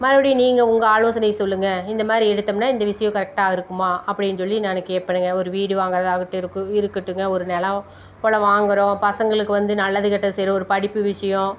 மறுபடியும் நீங்கள் உங்கள் ஆலோசனையை சொல்லுங்க இந்த மாதிரி எடுத்தோம்னால் இந்த விஷயம் கரெக்டாக இருக்குமா அப்படின்னு சொல்லி நான் கேட்பேனுங்க ஒரு வீடு வாங்கிறதா ஆகட்டும் இருக்குது இருக்கட்டுங்க ஒரு நிலம் புலம் வாங்கிறோம் பசங்களுக்கு வந்து நல்லது கெட்டது செய்கிறோம் ஒரு படிப்பு விஷயம்